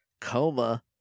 coma